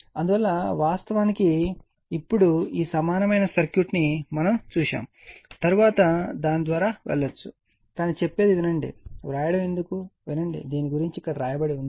అందువల్ల వాస్తవానికి ఇప్పుడు ఈ సమానమైన సర్క్యూట్ ను మనం చూశాము తరువాత దాని ద్వారా వెళ్ళవచ్చు కానీ చెప్పేది వినండి వ్రాయడం ఎందుకు వినండి దీని గురించి ఇక్కడ వ్రాయబడి ఉంది